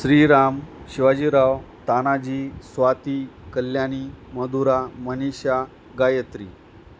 Shriram Shivajirao Tanaji Swati Kalyani Madhura Manisha Gayatri